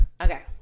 Okay